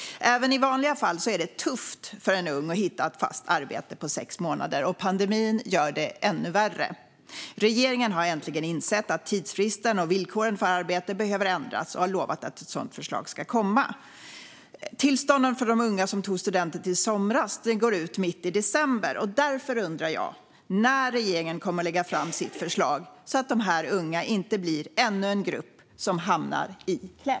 Även i vanliga fall är det tufft för en ung person att hitta ett fast arbete på sex månader. Pandemin gör det ännu svårare. Regeringen har äntligen insett att tidsfristen och villkoren för arbete behöver ändras och har lovat att ett sådant förslag ska komma. Tillstånden för de unga som tog studenten i somras går ut i mitten av december. Därför undrar jag när regeringen kommer att lägga fram sitt förslag så att de här unga inte blir ännu en grupp som hamnar i kläm.